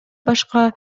башка